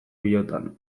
pilotan